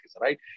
right